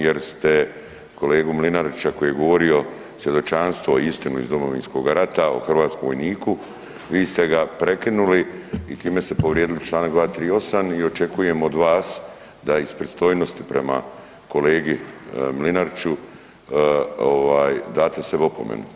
Jer ste kolegu Mlinarića koji je govorio svjedočanstvo, istinu iz Domovinskog rata o hrvatskom vojniku vi ste ga prekinuli i time ste povrijedili Članak 238. i očekujem od vas da iz pristojnosti prema kolegi Mlinariću ovaj date sebi opomenu.